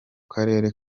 karere